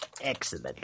excellent